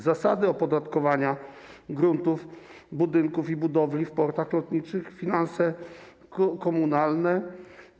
Zasady opodatkowania gruntów, budynków i budowli w portach lotniczych, finanse komunalne, zmienią się.